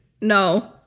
No